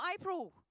April